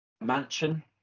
mansion